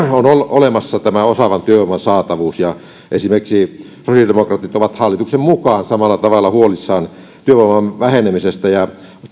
tämä osaavan työvoiman saatavuuden hankaloituminen esimerkiksi sosiaalidemokraatit ovat hallituksen tapaan samalla tavalla huolissaan työvoiman vähenemisestä ja